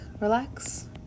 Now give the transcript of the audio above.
relax